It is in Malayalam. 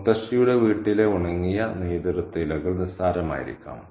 മുത്തശ്ശിയുടെ വീട്ടിലെ ഉണങ്ങിയ നെയ്തെടുത്ത ഇലകൾ നിസ്സാരമായിരിക്കാം